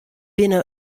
binne